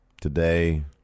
Today